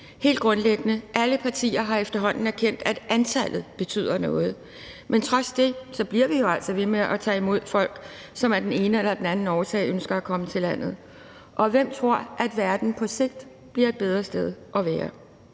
Helt grundlæggende har alle partier efterhånden erkendt, at antallet betyder noget, men trods det bliver vi jo altså ved med at tage imod folk, som af den ene eller anden årsag ønsker at komme til landet, og hvem tror, at verden på sigt bliver et bedre sted at være?